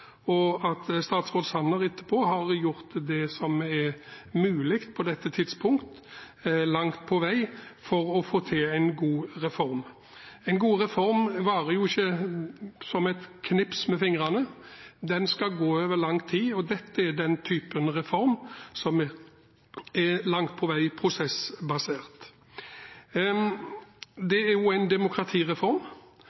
Statsråd Sanner har gjort det som er mulig på dette tidspunkt, langt på vei, for å få til en god reform. En god reform varer jo ikke like kort som et knips med fingrene, den skal vare over lang tid, og dette er den typen reform som langt på vei er prosessbasert.